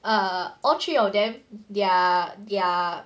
err all three of them their their